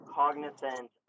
cognizant